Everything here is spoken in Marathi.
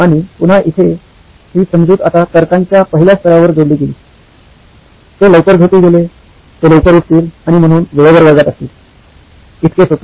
आणि पुन्हा इथे ही समजूत आता तर्कांच्या पहिल्या स्तरावर जोडली गेली ते लवकर झोपी गेले ते लवकर उठतील आणि म्हणून वेळेवर वर्गात असतील इतके सोपे